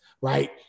right